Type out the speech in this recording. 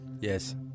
Yes